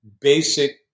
basic